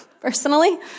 personally